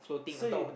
so you